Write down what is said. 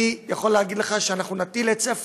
אני יכול להגיד לך שאנחנו נטיל היטל היצף